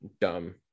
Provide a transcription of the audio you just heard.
dumb